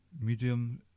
medium